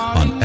on